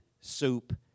soup